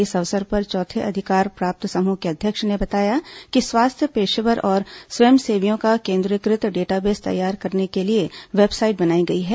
इस अवसर पर चौथे अधिकार प्राप्त समूह के अध्यक्ष ने बताया कि स्वास्थ्य पेशेवरों और स्वयंसेवियों का केन्द्रीकृत डेटाबेस तैयार करने के लिए वेबसाइट बनायी गयी है